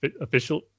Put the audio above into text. official